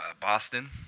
Boston